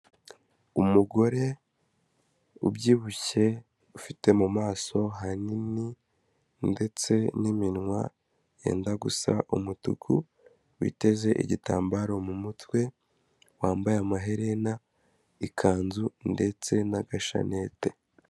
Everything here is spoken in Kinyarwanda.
Umugore ubyibushye ufite mu maso hanini ndetse n'iminwa yenda gusa umutuku witeze igitambaro mumutwe, wambaye amaherena, ikanzu ndetse n'agashenete.